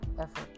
effort